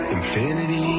Infinity